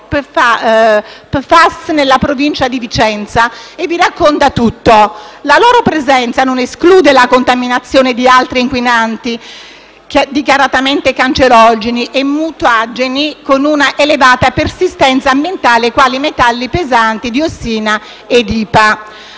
PFAS nella Provincia di Vicenza, che vi racconta tutto. La loro presenza non esclude la contaminazione di altri inquinanti dichiaratamente cancerogeni e mutageni con una elevata persistenza, quali metalli pesanti, diossina e IPA.